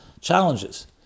challenges